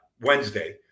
Wednesday